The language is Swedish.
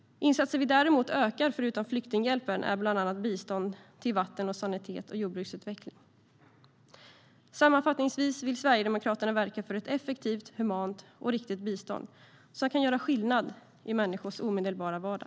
Insatser vi däremot ökar är förutom flyktinghjälpen bland annat bistånd till vatten och sanitet och jordbruksutveckling. Sammanfattningsvis vill Sverigedemokraterna verka för ett effektivt, humant och riktigt bistånd som kan göra skillnad i människors omedelbara vardag.